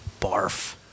Barf